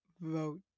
Vote